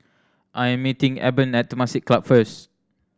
I am meeting Eben at Temasek Club first